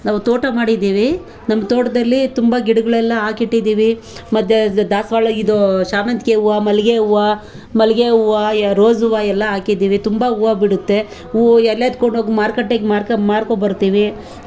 ನಾವು ತೋಟ ಮಾಡಿದ್ದೀವಿ ನಮ್ಮ ತೋಟದಲ್ಲಿ ತುಂಬ ಗಿಡಗಳೆಲ್ಲ ಹಾಕಿಟ್ಟಿದ್ದೀವಿ ಮತ್ತೆ ದಾಸವಾಳ ಇದು ಸೇವಂತಿಗೆ ಹೂವು ಮಲ್ಲಿಗೆ ಹೂವು ಮಲ್ಲಿಗೆ ಹೂವು ರೋಸ್ ಹೂವು ಎಲ್ಲ ಹಾಕಿದ್ದೀವಿ ತುಂಬ ಹೂವು ಬಿಡುತ್ತೆ ಹೂ ಎಲ್ಲ ಎತ್ಕೊಂಡು ಹೋಗಿ ಮಾರ್ಕಟ್ಟೆಗೆ ಮಾರ್ಕೊ ಬರ್ತೀವಿ